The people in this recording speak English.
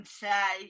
say